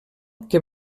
que